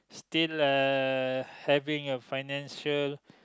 still uh having a financial